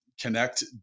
connect